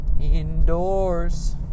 indoors